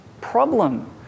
problem